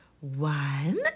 One